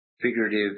figurative